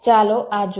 ચાલો આ જોઈએ